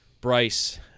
Bryce